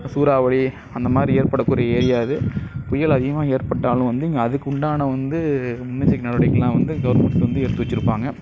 சூறாவளி அந்த மாதிரி ஏற்பட கூடிய ஏரியா இது புயல் அதிகமாக ஏற்பட்டாலும் வந்து இங்கே அதுக்கு உண்டான வந்து முன் எச்சரிக்கை நடவடிக்கையெல்லாம் வந்து கவர்மெண்ட்டில் வந்து எடுத்து வச்சுருப்பாங்க